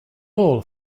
all